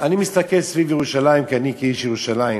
אני מסתכל סביב ירושלים כי אני, כאיש ירושלים,